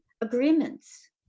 agreements